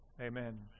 Amen